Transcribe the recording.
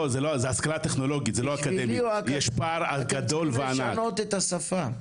צריך לשנות את השפה.